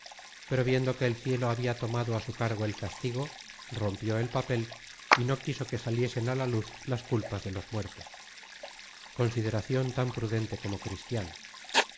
pero viendo que el cielo habia tomado á su cargo el castigo rompió el papel y no quiso que saliesen á luz las culpas de los muertos consideracion tan prudente como cristiana